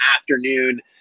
afternoon